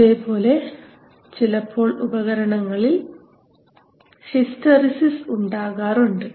അതേപോലെ ചിലപ്പോൾ ഉപകരണങ്ങളിൽ ഹിസ്റ്ററിസിസ് ഉണ്ടാകാറുണ്ട്